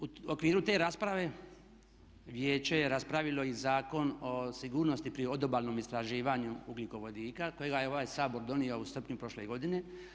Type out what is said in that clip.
U okviru te rasprave Vijeće je raspravilo i Zakon o sigurnosti pri odobalnom istraživanju ugljikovodika kojega je ovaj Sabor donio u srpnju prošle godine.